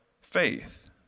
faith